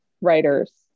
writers